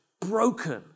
broken